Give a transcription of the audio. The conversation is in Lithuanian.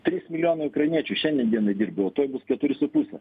trys milijonai ukrainiečių šiandien dienai dirbo o tuoj bus keturi su puse